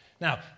Now